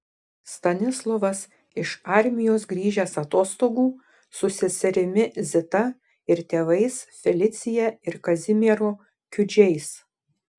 stanislovas iš armijos grįžęs atostogų su seserimi zita ir tėvais felicija ir kazimieru kiudžiais